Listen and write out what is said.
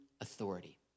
authority